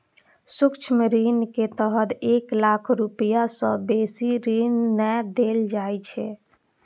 सूक्ष्म ऋण के तहत एक लाख रुपैया सं बेसी ऋण नै देल जाइ छै